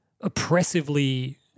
oppressively